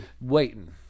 Waiting